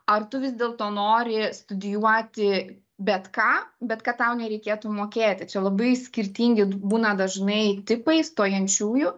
ar tu vis dėlto nori studijuoti bet ką bet kad tau nereikėtų mokėti čia labai skirtingi būna dažnai tipai stojančiųjų